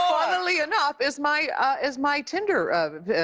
funnily enough is my ah is my tinder. i